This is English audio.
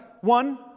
one